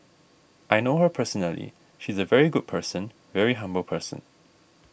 I know her personally she's a very good person very humble person